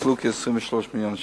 נוצלו כ-23 מיליון שקלים.